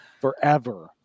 forever